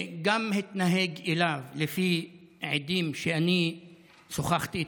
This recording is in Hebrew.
לפי עדים שאני שוחחתי איתם,